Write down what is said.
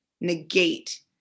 negate